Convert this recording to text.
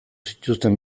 zituzten